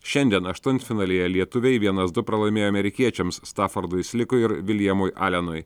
šiandien aštuntfinalyje lietuviai vienas du pralaimėjo amerikiečiams stafordui slikui ir viljamui alenui